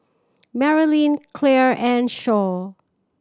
Merilyn Claire and